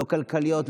לא כלכליות,